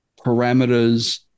parameters